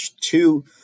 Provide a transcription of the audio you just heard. two